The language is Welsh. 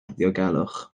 ddiogelwch